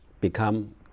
become